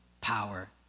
power